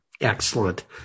Excellent